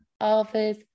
office